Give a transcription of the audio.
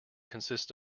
consists